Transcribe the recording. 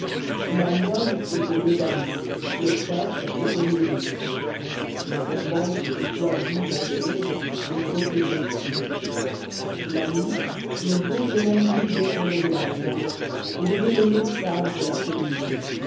la nonne était l'odalisque le prêtre était l'eunuque les ferventes étaient choisies en songe et possédaient christ la nuit le beau jeune homme nu descendait de la croix et devenait l'extase de la cellule